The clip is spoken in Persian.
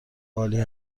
عالی